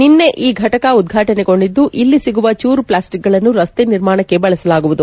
ನಿನ್ನೆ ಈ ಫಟಕ ಉದ್ಘಾಟನೆಗೊಂಡಿದ್ದು ಇಲ್ಲಿ ಸಿಗುವ ಚೂರು ಪ್ಲಾಸ್ಟಿಕ್ಗಳನ್ನು ರಸ್ತೆ ನಿರ್ಮಾಣಕ್ಕೆ ಬಳಸಲಾಗುವುದು